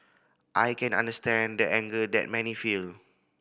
I can understand the anger that many feel